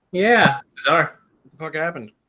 yeah, sorry i forgot happened.